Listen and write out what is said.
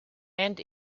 and